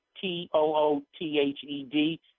T-O-O-T-H-E-D